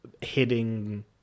hitting